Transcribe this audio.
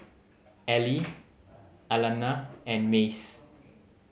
Ely Alana and Mace